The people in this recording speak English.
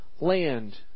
land